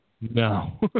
No